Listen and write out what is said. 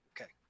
Okay